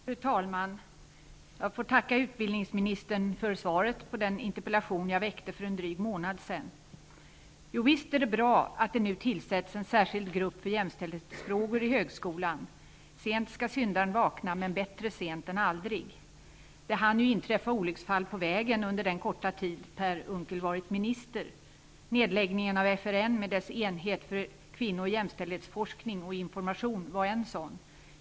Fru talman! Jag får tacka utbildningsministern för svaret på den interpellation jag väckte för en dryg månad sedan. Jo, visst är det bra att det nu tillsätts en särskild grupp för jämställdhetsfrågor i högskolan. Sent skall syndaren vakna. Men bättre sent än aldrig. Det har ju hunnit inträffa olycksfall på vägen under den korta tid Per Unckel har varit minister. Nedläggningen av FRN med dess enhet för kvinnooch jämställdhetsforskning och information var ett sådant olycksfall.